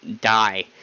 die